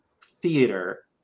theater